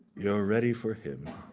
you're ready for him.